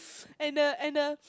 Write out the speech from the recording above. and the and the